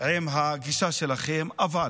עם הגישה שלכם, אבל